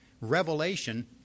revelation